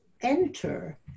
enter